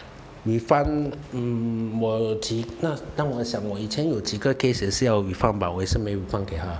refund mm 我几个让我想我以前有几个 case 也是要 refund but 我也是没有 refund 给他